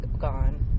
gone